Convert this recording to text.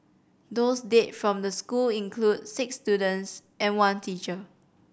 those dead from the school include six students and one teacher